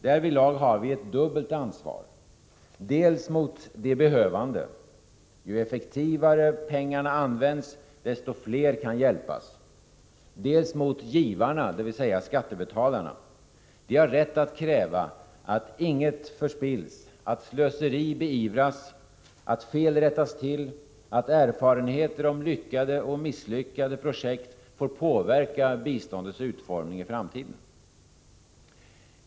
Därvidlag har vi ett dubbelt ansvar: dels mot de behövande — ju effektivare pengarna används, desto fler kan hjälpas —, dels mot givarna, dvs. skattebetalarna, som har rätt att kräva att inget förspills, att slöseri beivras, att fel rättas till och att erfarenheter om lyckade och misslyckade projekt får påverka biståndets utformning i framtiden.